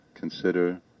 Consider